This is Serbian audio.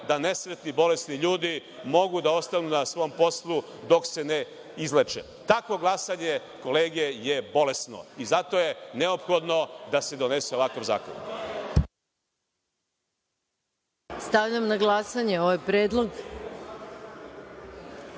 da nesrećni, bolesni ljudi, mogu da ostanu na svom poslu dok se ne izleče. Takvo glasanje kolege je bolesno. Zato je neophodno da se donese ovakav zakon. **Maja Gojković** Stavljam na glasanje ovaj